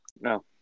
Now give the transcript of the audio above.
No